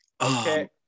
Okay